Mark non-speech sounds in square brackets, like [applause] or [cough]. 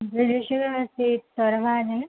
[unintelligible]